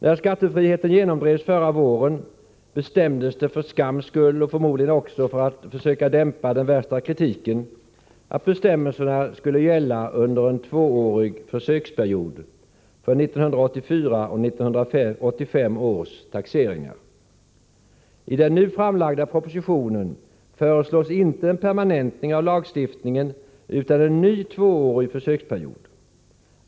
När skattefriheten genomdrevs förra våren bestämdes det för skams skull, och förmodligen också för att försöka dämpa den värsta kritiken, att bestämmelserna skulle gälla under en tvåårig försöksperiod — för 1984 och 1985 års taxeringar. I den nu framlagda propositionen föreslås inte en permanentning av lagstiftningen utan en ny tvåårig försöksperiod.